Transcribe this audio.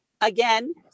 again